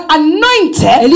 anointed